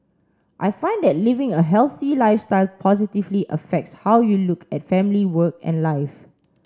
I find that living a healthy lifestyle positively affects how you look at family work and life